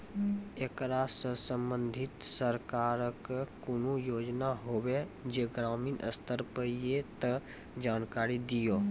ऐकरा सऽ संबंधित सरकारक कूनू योजना होवे जे ग्रामीण स्तर पर ये तऽ जानकारी दियो?